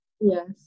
yes